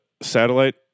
satellite